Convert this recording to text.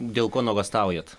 dėl ko nuogąstaujat